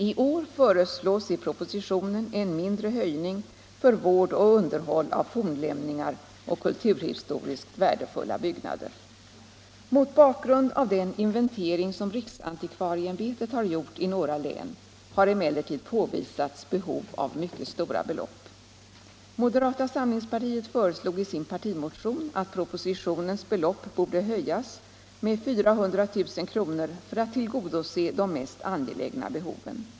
I år föreslås i propositionen en mindre höjning för vård och underhåll av fornlämningar och kulturhistoriskt värdefulla byggnader. Mot bakgrund av den inventering som riksantikvarieämbetet har gjort i några län har emellertid påvisats behov av mycket stora belopp. Moderata samlingspartiet föreslog i sin partimotion att propositionens belopp borde höjas med 400 000 kr. för att tillgodose de mest angelägna behoven.